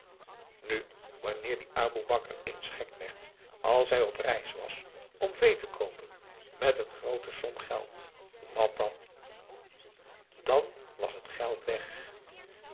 nu wanneer die aboe bakar eens gek werd als hij op reis was om vee te koopen met een groote som geld wat dan aum boe akar eel an was het geld weg